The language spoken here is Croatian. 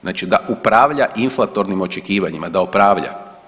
Znači da upravlja inflatornim očekivanjima, da upravlja.